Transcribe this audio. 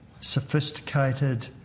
sophisticated